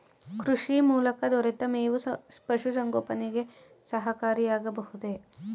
ಕೃಷಿ ಮೂಲಕ ದೊರೆತ ಮೇವು ಪಶುಸಂಗೋಪನೆಗೆ ಸಹಕಾರಿಯಾಗಬಹುದೇ?